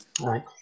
Right